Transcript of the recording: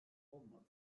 olmadı